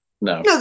No